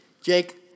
Jake